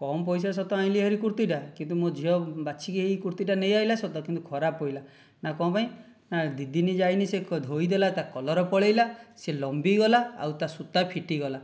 କମ ପଇସା ସତ ଆଣିଲି ହେରି କୁର୍ତ୍ତୀଟା କିନ୍ତୁ ମୋ ଝିଅ ବାଛିକି ସେଇ କୁର୍ତ୍ତୀଟା ନେଇ ଆସିଲା ସତ କିନ୍ତୁ ଖରାପ ପଡ଼ିଲା ନା କ'ଣ ପାଇଁ ନା ଦୁଇ ଦିନ ଯାଇନାହିଁ ସେ ଧୋଇଦେଲା ତା କଲର ପଳାଇଲା ସେ ଲମ୍ବିଗଲା ଆଉ ତା ସୁତା ଫିଟିଗଲା